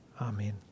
Amen